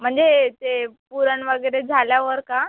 म्हणजे ते पुरण वगैरे झाल्यावर का